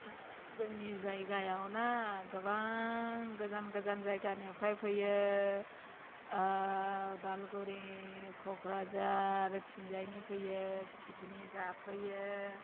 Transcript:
जोंनि जायगायावना गोबां गोजान गोजान जायगानिफ्राय फैयो उदालगुरि कक्राझारथिंजायनि फैयो पिकनिक जाफैयो